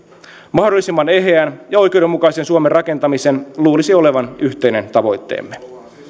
mahdollisimman eheän ja oikeudenmukaisen suomen rakentamisen luulisi olevan yhteinen tavoitteemme